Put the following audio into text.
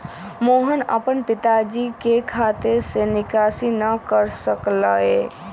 मोहन अपन पिताजी के खाते से निकासी न कर सक लय